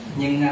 nhưng